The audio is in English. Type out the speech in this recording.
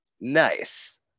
nice